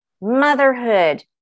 motherhood